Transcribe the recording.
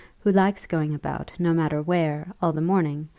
who likes going about, no matter where, all the morning,